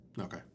Okay